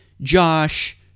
Josh